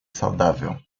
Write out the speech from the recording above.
saudável